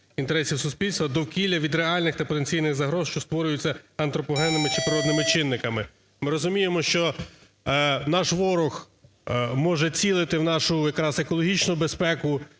інтересів суспільства, довкілля від реальних та потенційних загроз, що створюються антропогенними чи природними чинниками. Ми розуміємо, що наш ворог може цілити в нашу якраз екологічну безпеку,